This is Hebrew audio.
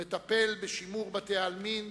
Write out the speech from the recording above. ומטפל בשימור בתי-העלמין,